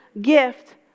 gift